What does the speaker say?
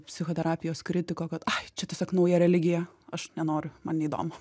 psichoterapijos kritiko kad ai čia tiesiog nauja religija aš nenoriu man neįdomu